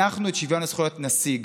אנחנו את שוויון הזכויות נשיג,